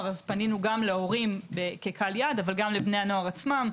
פנינו גם להורים כקהל יעד אבל גם לבני הנוער עצמם.